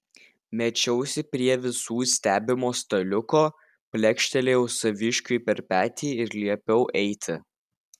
mečiausi prie visų stebimo staliuko plekštelėjau saviškiui per petį ir liepiau eiti